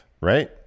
Right